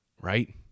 right